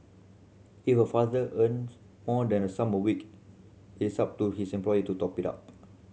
if a father earns more than a sum a week it is up to his employer to top it up